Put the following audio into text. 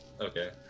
okay